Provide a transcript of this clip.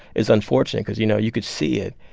it's unfortunate because, you know, you could see it.